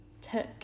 took